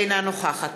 אינה נוכחת